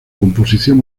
composición